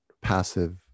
passive